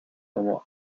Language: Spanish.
como